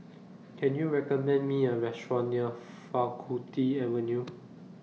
Can YOU recommend Me A Restaurant near Faculty Avenue